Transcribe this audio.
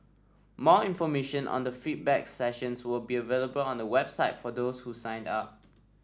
more information on the feedback sessions will be available on the website for those who signed up